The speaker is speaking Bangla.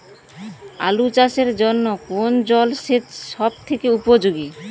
আলু চাষের জন্য কোন জল সেচ সব থেকে উপযোগী?